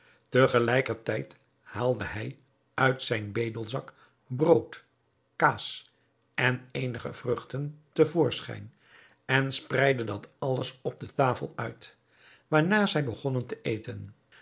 tijd haalde hij uit zijn bedelzak brood kaas en eenige vruchten te voorschijn en spreidde dat alles op de tafel uit waarna zij begonnen te eten